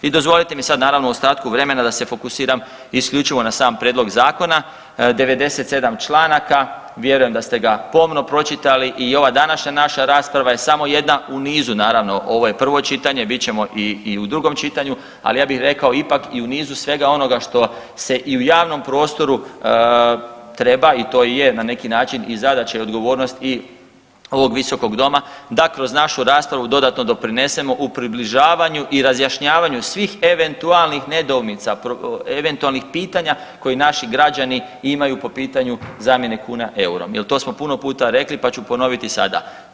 I dozvolite mi sad naravno u ostatku vremena da se fokusiram isključivo na sam prijedlog zakona, 97 članaka, vjerujem da ste ga pomno pročitali i ova današnja naša rasprava je samo jedna u nizu, naravno ovo je prvo čitanje, bit ćemo i, i u drugom čitanju, ali ja bih rekao ipak i u nizu svega onoga što se i u javnom prostoru treba i to i je na neki način i zadaća i odgovornost i ovog visokog doma da kroz našu raspravu dodatno doprinesemo u približavanju i razjašnjavanju svih eventualnih nedoumica i eventualnih pitanja koji naši građani imaju po pitanju zamjene kuna eurom jel to smo puno puta rekli, pa ću ponoviti i sada.